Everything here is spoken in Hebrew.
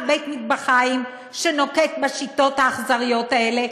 בית-מטבחיים שנוקט את השיטות האכזריות האלה,